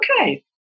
okay